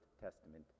Testament